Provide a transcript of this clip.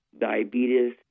diabetes